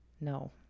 No